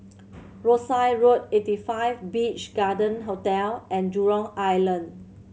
Rosyth Road Eighty Five Beach Garden Hotel and Jurong Island